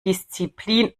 disziplin